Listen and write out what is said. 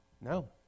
No